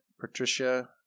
Patricia